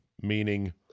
meaning